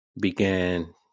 began